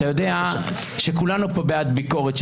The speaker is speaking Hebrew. אתה יודע שכולנו פה בעד ביקורת,